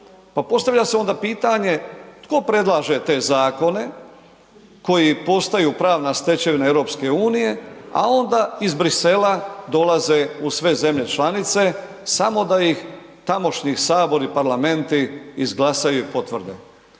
postavlja se onda pitanje tko predlaže te zakone koji postaju pravna stečevina EU, a onda iz Bruxellesa dolaze u sve zemlje članice samo da ih tamošnji sabori i parlamenti izglasaju i potvrde.